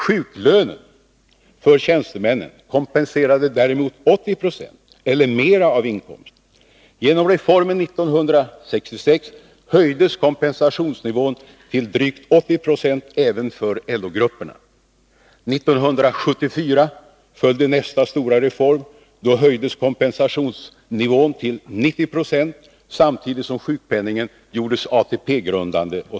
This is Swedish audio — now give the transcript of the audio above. Sjuklönen för tjänstemännen kompenserade däremot 80 926 eller mer av inkomsten. Genom reformen 1966 höjdes kompensationsnivån till drygt 80 96 även för LO-grupperna. 1974 följde nästa stora reform. Då höjdes kompensationsnivån till 90 96, Herr talman!